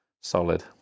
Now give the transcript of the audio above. solid